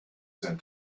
sent